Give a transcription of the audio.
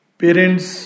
parents